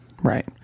Right